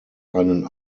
einen